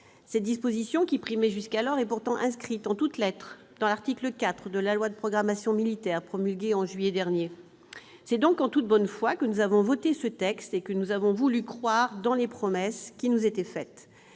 Cette disposition qui primait jusqu'alors est pourtant inscrite en toutes lettres dans l'article 4 de la loi de programmation militaire, promulguée au mois de juillet dernier. C'est donc en toute bonne foi que nous avons voté ce texte et que nous avons voulu croire dans les promesses qui nous étaient faites,